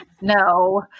No